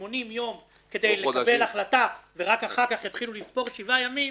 80 ימים כדי לקבל החלטה ורק אחר כך יתחילו לספור שבעה ימים,